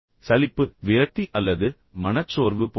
சலிப்பு விரக்தி அல்லது மனச்சோர்வு போன்றவை